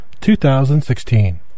2016